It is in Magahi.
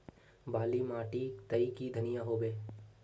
बाली माटी तई की धनिया होबे?